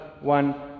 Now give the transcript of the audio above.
one